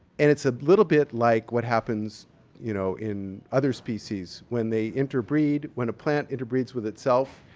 and it's a little bit like what happens you know in other species when they interbreed. when a plant interbreeds with itself,